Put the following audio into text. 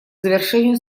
завершению